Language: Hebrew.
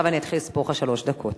עכשיו אני אתחיל לספור לך שלוש דקות.